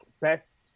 best